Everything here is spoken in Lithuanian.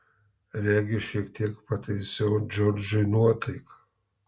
regis šiek tiek pataisiau džordžui nuotaiką